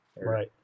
Right